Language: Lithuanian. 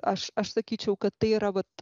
aš aš sakyčiau kad tai yra vat